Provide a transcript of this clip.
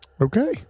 Okay